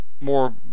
more